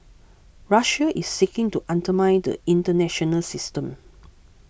Russia is seeking to undermine the international system